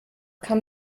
kam